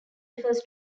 refers